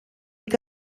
que